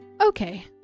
Okay